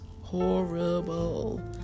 horrible